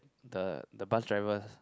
the the bus driver